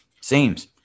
seems